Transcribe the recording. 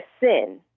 sin